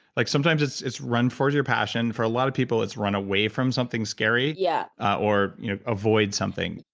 like sometimes, it's it's run for your passion, for a lot of people, it's run away from something scary yeah or you know avoid something.